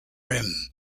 rim